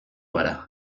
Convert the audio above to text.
gara